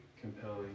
compelling